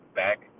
back